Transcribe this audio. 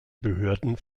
behörden